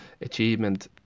achievement